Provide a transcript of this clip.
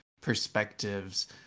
perspectives